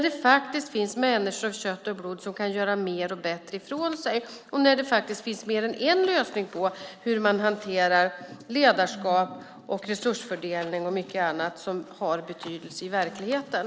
Det finns människor av kött och blod som kan göra mer och bättre ifrån sig, och det finns mer än en lösning på hur man hanterar ledarskap och resursfördelning och annat som har betydelse i verkligheten.